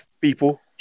people